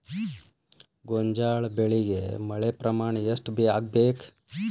ಗೋಂಜಾಳ ಬೆಳಿಗೆ ಮಳೆ ಪ್ರಮಾಣ ಎಷ್ಟ್ ಆಗ್ಬೇಕ?